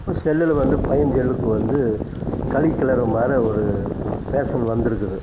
செல்லில் வந்து பையன் செல்லுக்கு வந்து களி கிளர்ற மாரி ஒரு பேஷன் வந்து இருக்குது